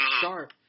sharp